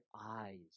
eyes